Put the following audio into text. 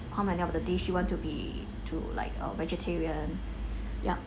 how many of the dish you want to be to like a vegetarian yup